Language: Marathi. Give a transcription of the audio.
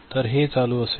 तर हे चालू असेल